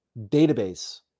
database